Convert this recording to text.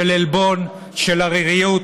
של עלבון, של עריריות,